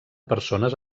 persones